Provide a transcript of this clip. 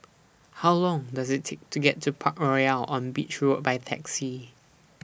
How Long Does IT Take to get to Parkroyal on Beach Road By Taxi